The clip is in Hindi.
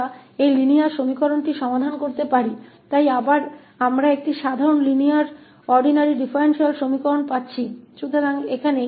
और फिर हम इस रैखिक समीकरण को हल कर सकते हैं इसलिए फिर से हमें एक साधारण रैखिक साधारण डिफरेंशियल एक्वेशन मिल रहा है